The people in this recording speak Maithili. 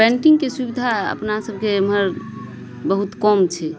पेन्टिंगके सुविधा अपना सभके एम्हर बहुत कम छै